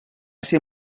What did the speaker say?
ser